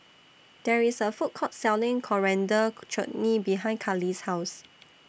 There IS A Food Court Selling Coriander Chutney behind Kali's House